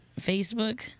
facebook